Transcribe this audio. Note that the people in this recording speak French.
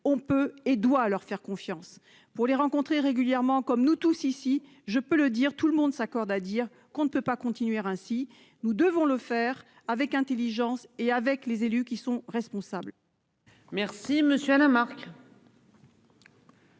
on peut et doit leur faire confiance pour les rencontrer régulièrement comme nous tous ici, je peux le dire, tout le monde s'accorde à dire qu'on ne peut pas continuer ainsi, nous devons le faire avec Intelligence et avec les élus qui sont responsables.